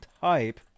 type